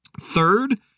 Third